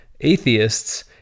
atheists